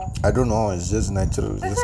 I don't know its just natural